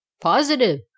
Positive